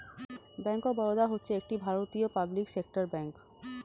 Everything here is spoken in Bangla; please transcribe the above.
ব্যাঙ্ক অফ বরোদা হচ্ছে একটি ভারতীয় পাবলিক সেক্টর ব্যাঙ্ক